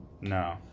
No